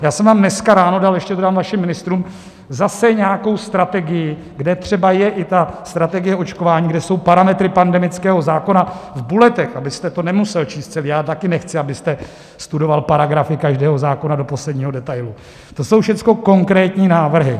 Já jsem vám dneska ráno dal, ještě tedy našim ministrům, zase nějakou strategii, kde třeba je i strategie očkování, kde jsou parametry pandemického zákona v bulletech, abyste to nemusel číst celé, já tady nechci, abyste studoval paragrafy každého zákona do posledního detailu, to jsou všechno konkrétní návrhy.